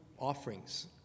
offerings